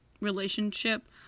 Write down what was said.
relationship